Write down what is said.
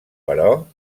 però